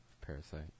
Parasite